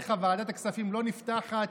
בלעדיך ועדת הכספים לא נפתחת,